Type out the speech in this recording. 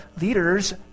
leaders